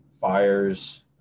fires